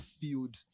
field